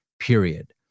period